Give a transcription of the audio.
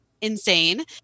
insane